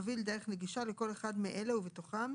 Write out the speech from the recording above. תוביל דרך נגישה לכל אחד מאלה ובתוכם,